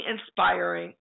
inspiring